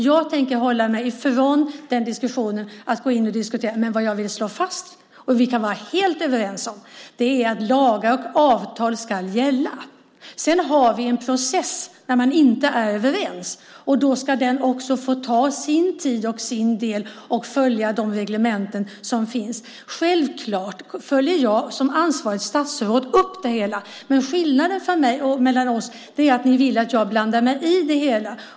Jag tänker hålla mig ifrån den diskussionen, men vad jag vill slå fast - och som vi kan vara helt överens om - är att lagar och avtal ska gälla. Vi har en process som tillämpas när man inte är överens. Den ska också få ta sin tid, och den ska följa de reglementen som finns. Självklart följer jag som ansvarigt statsråd upp det hela, men skillnaden mellan oss är att ni vill att jag blandar mig i det hela.